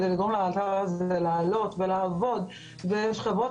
כדי לגרום לזה לעלות ולעבוד ויש חברות